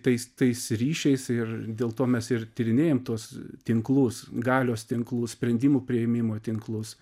tais tais ryšiais ir dėl to mes ir tyrinėjam tuos tinklus galios tinklus sprendimų priėmimo tinklus